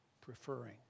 preferring